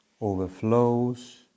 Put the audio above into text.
overflows